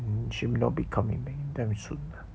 mm she will not be coming back anytime soon